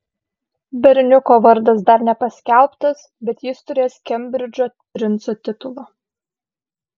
berniuko vardas dar nepaskelbtas bet jis turės kembridžo princo titulą